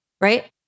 right